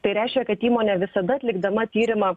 tai reiškia kad įmonė visada atlikdama tyrimą